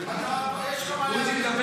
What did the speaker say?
דודי,